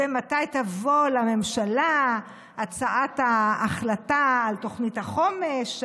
ומתי תבוא לממשלה הצעת ההחלטה על תוכנית החומש,